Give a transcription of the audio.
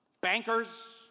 bankers